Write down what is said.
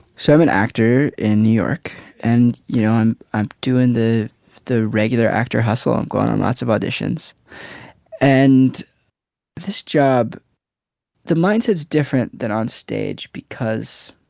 so i'm an actor in new york and you know i'm doing the the regular actor hustle i'm going on lots of auditions and this job the mindset is different than on stage because